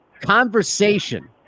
conversation